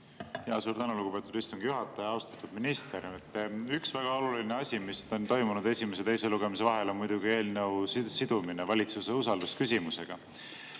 Suur tänu, lugupeetud istungi juhataja! Austatud minister! Üks väga oluline asi, mis on toimunud esimese ja teise lugemise vahel, on muidugi eelnõu sidumine valitsuse usaldusküsimusega.